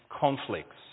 conflicts